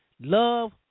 love